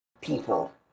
people